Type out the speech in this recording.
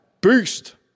beast